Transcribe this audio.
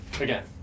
again